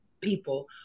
people